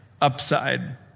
upside